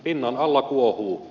pinnan alla kuohuu